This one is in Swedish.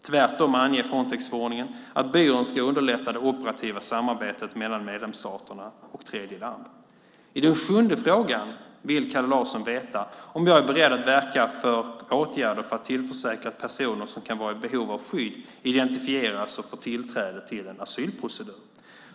Tvärtom anger Frontexförordningen att byrån ska underlätta det operativa samarbetet mellan medlemsstaterna och tredje land. I den sjunde frågan vill Kalle Larsson veta om jag är beredd att verka för åtgärder för att tillförsäkra att personer som kan vara i behov av skydd identifieras och får tillträde till en asylprocedur.